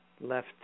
left